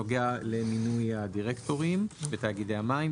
שנוגע למינוי הדירקטורים בתאגידי המים.